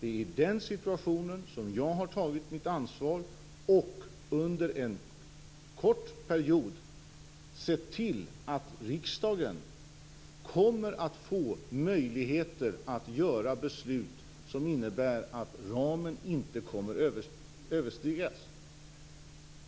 Det är i den situationen som jag har tagit mitt ansvar och under en kort period sett till att riksdagen kommer att få möjligheter att fatta beslut som innebär att ramen inte kommer att överskridas.